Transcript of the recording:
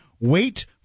Wait